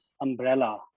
umbrella